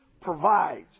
provides